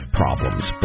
problems